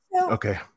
Okay